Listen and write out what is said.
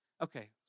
okay